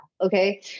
okay